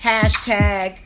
Hashtag